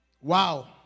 Wow